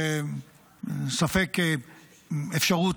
ספק אפשרות